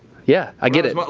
yeah, i get it. but